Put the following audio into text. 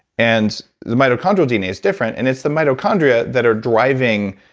and the mitochondrial dna is different, and it's the mitochondria that are driving